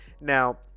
now